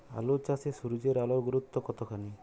আলু চাষে সূর্যের আলোর গুরুত্ব কতখানি?